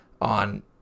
on